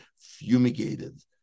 fumigated